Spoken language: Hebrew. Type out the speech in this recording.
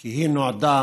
כי היא נועדה,